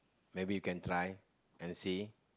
maybe you can try and see